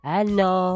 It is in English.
Hello